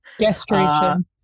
Gestation